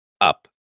up